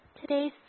Today's